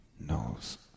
knows